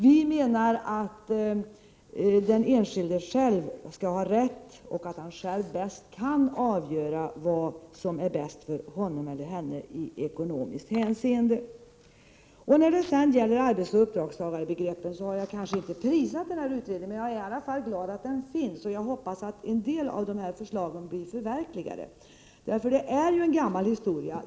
Vi menar att den enskilde själv skall ha rätt att och själv kan avgöra vad som är bäst för honom eller henne i ekonomiskt hänseende. När det sedan gäller arbetsoch uppdragstagarbegreppen har jag kanske inte prisat utredningen, men jag är i alla fall glad att den finns, och jag hoppas att en del av förslagen blir verklighet. Detta är ju en gammal historia.